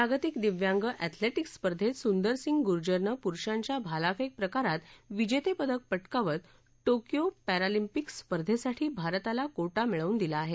जागतिक दिव्यांग एथलेिक्स स्पर्धेत सुंदर सिंग गूर्जरनं पुरुषांच्या भालाफेक प्रकारात विजेतेपद पाकावत प्रेकियो पॅरालिम्पिक स्पर्धेसाठी भारताला कोत्त मिळवून दिला आहे